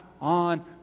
on